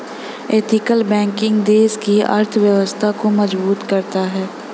ethical banking देश की अर्थव्यवस्था को मजबूत करता है